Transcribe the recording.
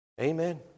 Amen